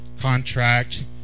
contract